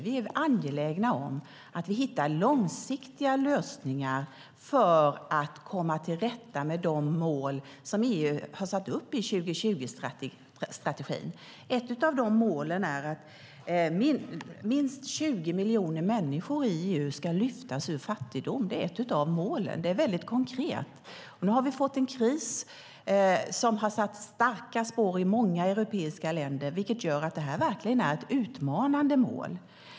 Vi är angelägna om att vi hittar långsiktiga lösningar för att nå de mål som EU har satt upp i 2020-strategin. Ett av dessa mål är att minst 20 miljoner människor i EU ska lyftas ur fattigdom. Det är ett av målen. Det är mycket konkret. Nu har vi fått en kris som har satt starka spår i många europeiska länder, vilket gör att detta verkligen är ett utmanande mål.